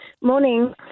Morning